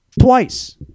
Twice